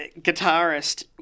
guitarist